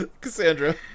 Cassandra